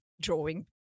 drawing